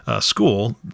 School